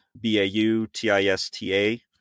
b-a-u-t-i-s-t-a